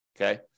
Okay